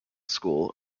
school